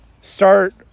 start